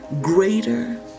greater